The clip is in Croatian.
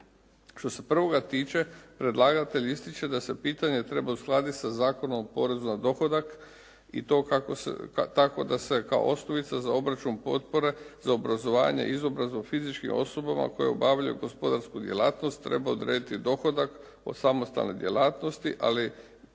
Što se prvoga tiče predlagatelj ističe da se pitanje treba uskladiti sa Zakonom o porezu na dohodak i to tako da se kao osnovica za obračun potpore za obrazovanje, izobrazbu fizičkim osobama koje obavljaju gospodarsku djelatnost treba odrediti dohodak od samostalne djelatnosti, ali